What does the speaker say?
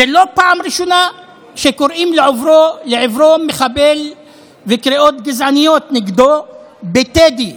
זאת לא הפעם הראשונה שקוראים לעברו "מחבל" וקריאת גזעניות נגדו בטדי,